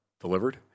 delivered